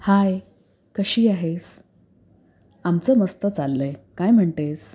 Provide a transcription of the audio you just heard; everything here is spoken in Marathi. हाय कशी आहेस आमचं मस्त चाललं आहे काय म्हणतेस